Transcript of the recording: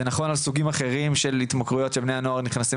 זה נכון על סוגים אחרים של התמכרויות שבני הנוער נכנסים